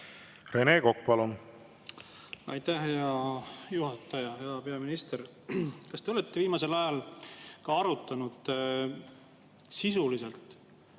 Rene Kokk, palun! Aitäh, hea juhataja! Hea peaminister! Kas te olete viimasel ajal arutanud sisuliselt